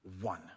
one